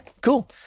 cool